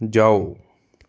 ਜਾਓ